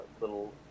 Little